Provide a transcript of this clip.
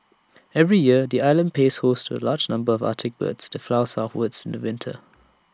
every year the island plays host to A large number of Arctic birds that fly southwards in winter